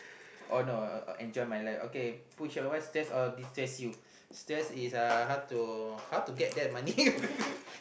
oh no enjoy my life okay push or what stress and destress you stress is how to get that money